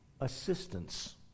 Assistance